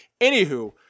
anywho